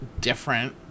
different